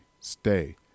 stay